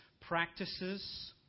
practices